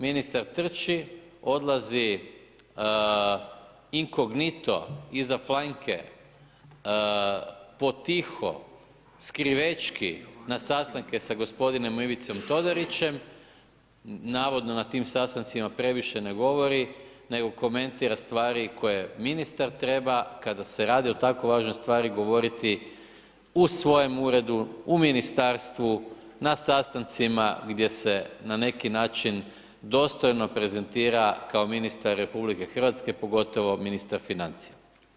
Ministar trči, odlazi inkognito, iza planjke, potiho, skrivećki na sastanke sa gospodinom Ivicom Todorićem, navodno na tim sastancima previše ne govori nego komentira stvari koje ministar treba kad se radi o takvo važnoj stvari govoriti u svojem uredu, u ministarstvu, na sastancima gdje se na neki način dostojno prezentira kao ministar RH pogotovo ministar financija.